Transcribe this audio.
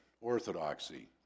orthodoxy